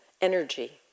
energy